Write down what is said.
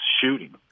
shooting